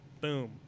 Boom